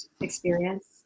experience